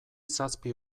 zazpi